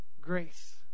grace